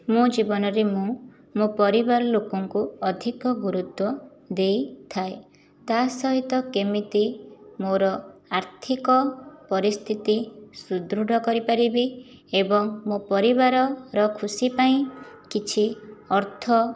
ମୋ' ଜୀବନରେ ମୁଁ ମୋ' ପରିବାର ଲୋକଙ୍କୁ ଅଧିକ ଗୁରୁତ୍ଵ ଦେଇଥାଏ ତା'ସହିତ କେମିତି ମୋର ଆର୍ଥିକ ପରିସ୍ଥିତି ସୁଦୃଢ଼ କରିପାରିବି ଏବଂ ମୋ' ପରିବାରର ଖୁସି ପାଇଁ କିଛି ଅର୍ଥ